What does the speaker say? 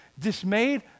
dismayed